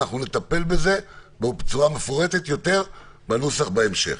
אנחנו נטפל בזה בצורה מפורטת יותר בנוסח בהמשך.